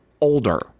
older